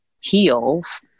heals